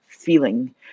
feeling